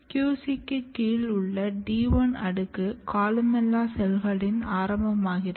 QCக்கு கீழ் உள்ள D1 அடுக்கு கொலுமெல்லா செல்களின் ஆரம்பமாகிறது